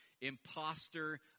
imposter